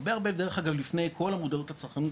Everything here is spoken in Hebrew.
הרבה הרבה דרך אגב לפני כל המודעות הצרכנית,